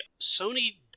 Sony